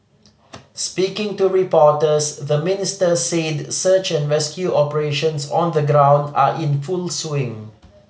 speaking to reporters the Minister said search and rescue operations on the ground are in full swing